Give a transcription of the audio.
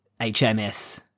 HMS